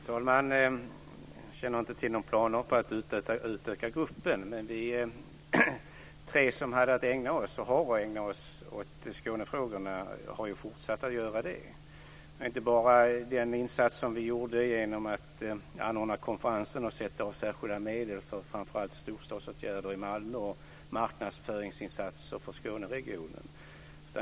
Fru talman! Jag känner inte till några planer på att utöka gruppen, men vi tre som hade att ägna oss - och har att ägna oss - åt Skånefrågorna har ju fortsatt att göra det. Det var inte bara den insats som vi gjorde genom att anordna konferensen och sätta av särskilda medel för framför allt storstadsåtgärder i Malmö och marknadsföringsinsatser för Skåneregionen.